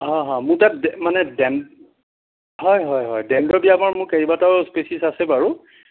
হ হ মোৰ তাত মানে হয় হয় হয় মোৰ কেইবাটাও স্পেচিছ আছে বাৰু